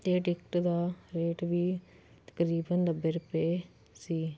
ਅਤੇ ਟਿਕਟ ਦਾ ਰੇਟ ਵੀ ਤਕਰੀਬਨ ਨੱਬੇ ਰੁਪਏ ਸੀ